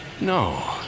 no